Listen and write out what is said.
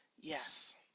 Yes